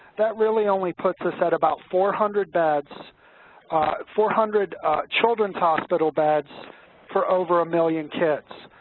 that really only puts us at about four hundred beds four hundred children's hospital beds for over a million kids.